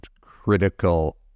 critical